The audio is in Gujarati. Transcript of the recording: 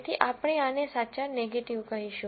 તેથી આપણે આને સાચા નેગેટીવ કહીશું